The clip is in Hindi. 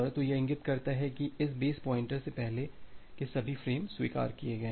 तो यह इंगित करता है कि इस बेस पॉइंटर से पहले के सभी फ्रेम स्वीकार किए गए हैं